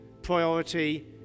priority